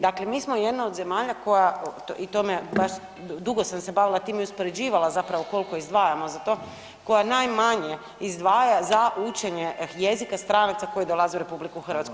Dakle, mi smo jedna od zemalja koja i to me baš, dugo sam se bavila time i uspoređivala zapravo koliko izdvajamo za to, koja najmanje izdvaja za učenje jezika stranaca koji dolaze u RH.